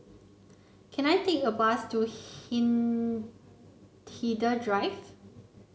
can I take a bus to Hindhede Drive